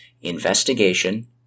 investigation